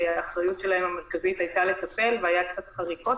אחריותן המרכזית הייתה לטפל והיו קצת חריקות,